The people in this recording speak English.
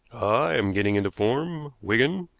am getting into form, wigan,